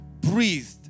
breathed